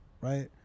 Right